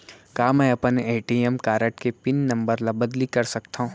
का मैं अपन ए.टी.एम कारड के पिन नम्बर ल बदली कर सकथव?